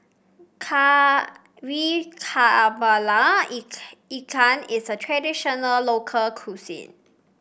Kari kepala Ikan Ikan is a traditional local cuisine